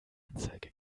anzeige